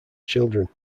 children